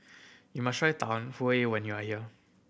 you must try huay when you are here